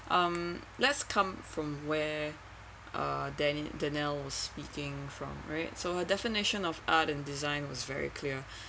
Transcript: um let's come from where uh dani~ danielle speaking from right so definition of art and design was very clear